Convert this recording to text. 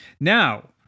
Now